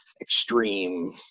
extreme